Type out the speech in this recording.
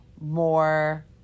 more